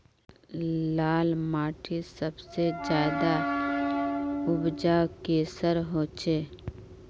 लाल माटित सबसे ज्यादा उपजाऊ किसेर होचए?